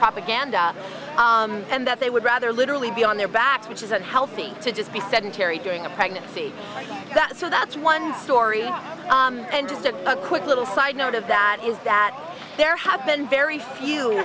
propaganda and that they would rather literally be on their backs which is unhealthy to just be sedentary doing a pregnancy so that's one story and just a quick little side note of that is that there have been very few